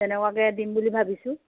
তেনেকুৱাকৈ দিম বুলি ভাবিছোঁ